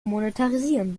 monetarisieren